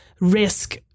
risk